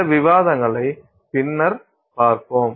பிற விவாதங்களை பின்னர் பார்ப்போம்